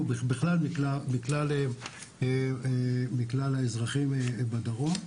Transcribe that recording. ובכלל מכלל האזרחים בדרום בהשוואה.